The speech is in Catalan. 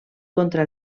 contra